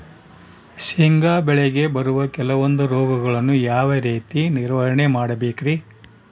ಶೇಂಗಾ ಬೆಳೆಗೆ ಬರುವ ಕೆಲವೊಂದು ರೋಗಗಳನ್ನು ಯಾವ ರೇತಿ ನಿರ್ವಹಣೆ ಮಾಡಬೇಕ್ರಿ?